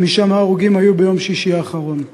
חמישה מההרוגים נהרגו ביום שישי האחרון: